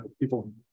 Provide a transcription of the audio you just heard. people